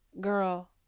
Girl